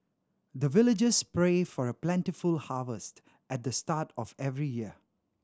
the villagers pray for plentiful harvest at the start of every year